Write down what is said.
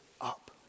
up